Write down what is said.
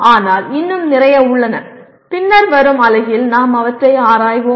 ஆனால் இன்னும் நிறைய உள்ளன பின்னர் வரும் அலகில் நாம் அவற்றை ஆராய்வோம்